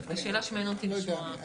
זאת שאלה שמעניין אותי לשמוע.